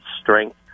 strength